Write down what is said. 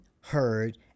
heard